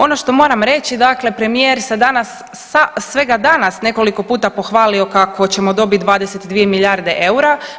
Ono što moram reći, dakle premijer se danas, svega danas nekoliko puta pohvalio kako ćemo dobiti 22 milijarde eura.